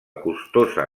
costosa